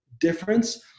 difference